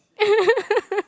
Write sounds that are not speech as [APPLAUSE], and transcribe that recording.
[LAUGHS]